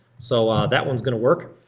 so that one's gonna work.